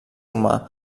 humà